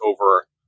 over